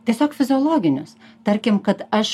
tiesiog fiziologinius tarkim kad aš